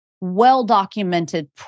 well-documented